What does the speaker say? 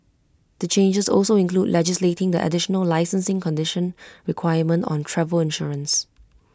the changes also include legislating the additional licensing condition requirement on travel insurance